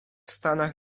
stanach